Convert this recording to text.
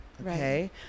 okay